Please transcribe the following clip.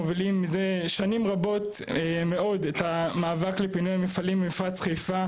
מובילים מזה שנים רבות מאוד את המאבק לפינוי המפעלים ממפרץ חיפה,